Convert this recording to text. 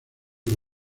que